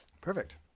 Perfect